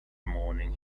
morning